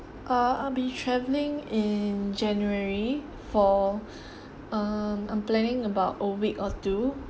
uh I'll be travelling in january for um I'm planning about a week or two